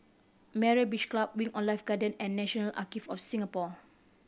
Myra Beach Club Wing On Life Garden and National Archive of Singapore